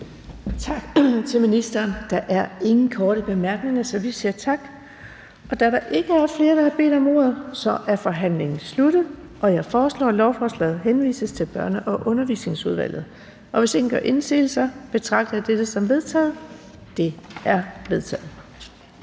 Tak til ministeren. Der er ingen korte bemærkninger, så vi siger tak. Da der ikke er flere, der har bedt om ordet, er forhandlingen sluttet. Jeg foreslår, at lovforslaget henvises til Børne- og Undervisningsudvalget. Hvis ingen gør indsigelse, betragter jeg dette som vedtaget. Det er vedtaget.